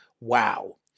Wow